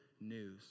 news